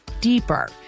deeper